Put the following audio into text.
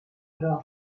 però